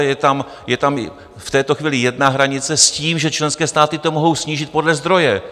Je tam v této chvíli jedna hranice s tím, že členské státy to mohou snížit podle zdroje.